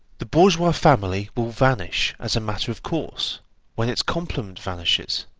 the bourgeois family will vanish as a matter of course when its complement vanishes,